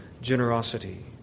generosity